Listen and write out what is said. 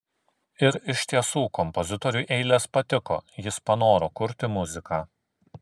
ir iš tiesų kompozitoriui eilės patiko jis panoro kurti muziką